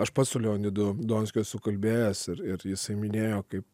aš pats su leonidu donskiu esu kalbėjęs ir ir jisai minėjo kaip